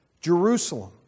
Jerusalem